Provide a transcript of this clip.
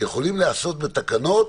יכולות להיעשות בתקנות